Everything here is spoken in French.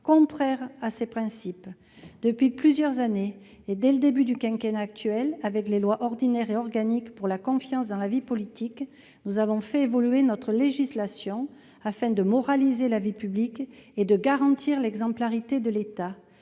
contraire à ces principes. Depuis plusieurs années, et dès le début du quinquennat actuel, avec les lois ordinaire et organique pour la confiance dans la vie politique, nous avons fait évoluer notre législation afin de moraliser la vie publique et de garantir l'exemplarité de l'État.